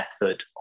method